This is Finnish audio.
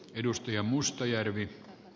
arvoisa puhemies